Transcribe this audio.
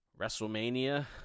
WrestleMania